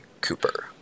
Cooper